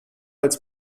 als